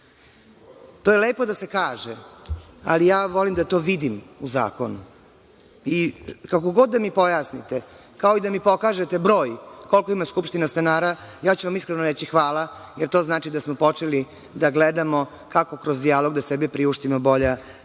To je lepo da se kaže ali ja to volim da vidim u zakonu i kako god da mi pojasnite kao i da mi pokažete broj koliko ima skupštine stanara, ja ću vam iskreno reći hvala, jer to znači da smo počeli da gledamo kako da kroz dijalog priuštimo bolja